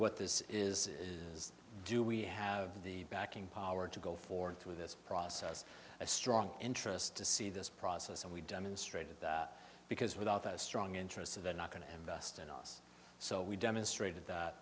what this is is do we have the backing power to go forward through this process a strong interest to see this process and we demonstrated that because without a strong interest of they're not going to invest in us so we've demonstrated